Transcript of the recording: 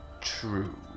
True